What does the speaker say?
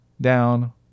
down